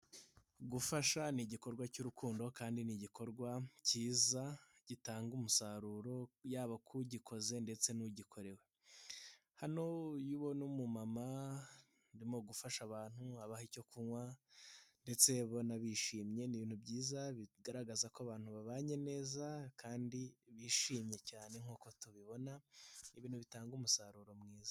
Guafasha ni igikorwa cy'urukundo kandi ni igikorwa kiza gitanga umusaruro yaba ku ugikoze ndetse n'ugikorewe, hano ubona umumama arimo gufasha abantu abaha icyo kunywa ndetse ubona bishimye ni ibintu byiza bigaragaza ko abantu babanye neza kandi bishimye cyane nk'uko tubibona, ibintu bitanga umusaruro mwiza.